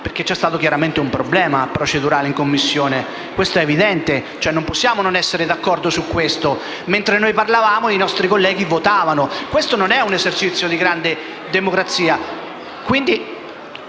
perché c'è stato chiaramente un problema procedurale in Commissione. Questo è evidente, non possiamo non essere d'accordo su questo. Mentre noi parlavamo, i nostri colleghi votavano. Questo non è un esercizio di grande democrazia.